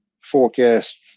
forecast